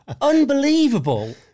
Unbelievable